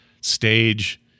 stage